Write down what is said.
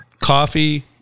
coffee